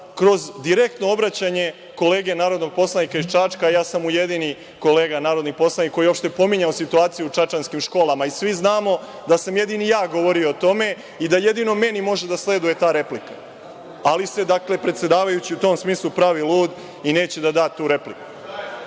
kroz direktno obraćanje kolege narodnog poslanika iz Čačka, a ja sam mu jedini kolega narodni poslanik koji je uopšte pominjao situaciju u čačanskim školama. Svi znamo da sam jedini govorio o tome i da jedino meni može da sleduje ta replika, ali se predsedavajući u tom smislu pravio lud i neće da da tu repliku. To